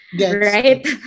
right